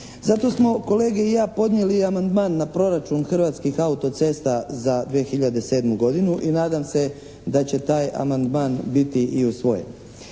Zato smo kolege i ja podnijeli amandman na proračun Hrvatskih auto-cesta za 2007. godinu i nadam se da će taj amandman biti i usvojen.